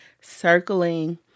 circling